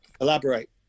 elaborate